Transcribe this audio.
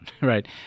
right